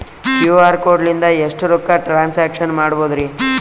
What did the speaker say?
QR code ಲಿಂದ ಎಷ್ಟ ರೊಕ್ಕ ಟ್ರಾನ್ಸ್ಯಾಕ್ಷನ ಮಾಡ್ಬೋದ್ರಿ?